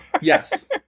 Yes